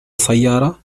سيارة